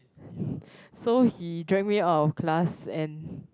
so he drag me out of class and